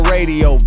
Radio